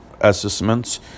assessments